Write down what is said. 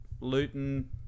Luton